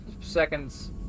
seconds